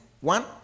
One